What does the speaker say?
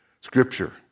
Scripture